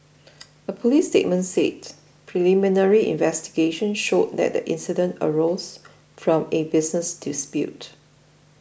a police statement said preliminary investigations showed that the incident arose from a business dispute